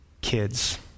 kids